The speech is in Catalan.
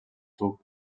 tub